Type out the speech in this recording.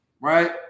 right